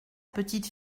petite